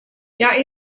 hja